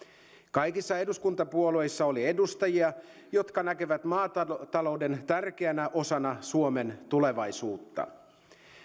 kaikissa eduskuntapuolueissa oli edustajia jotka näkevät maatalouden tärkeänä osana suomen tulevaisuutta